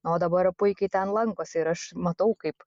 na o dabar puikiai ten lankosi ir aš matau kaip